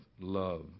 love